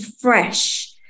fresh